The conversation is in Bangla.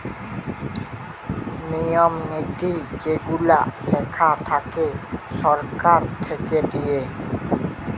নিয়ম নীতি যেগুলা লেখা থাকে সরকার থেকে দিয়ে